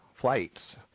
flights